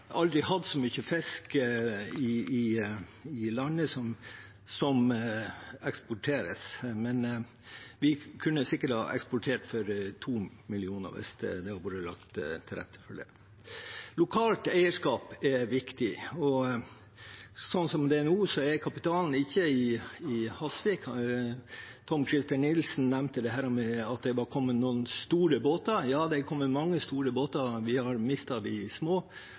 aldri før hatt så mye fisk i landet som eksporteres, men vi kunne sikkert ha eksportert for 2 mill. kr hvis det hadde blitt lagt til rette for det. Lokalt eierskap er viktig, og slik det er nå, er ikke kapitalen i Hasvik. Representanten Tom-Christer Nilsen nevnte at det var kommet noen store båter. Ja, det har kommet mange store båter. Vi har mistet de små.